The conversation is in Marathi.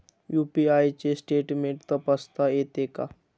यु.पी.आय चे स्टेटमेंट तपासता येते का?